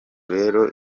rero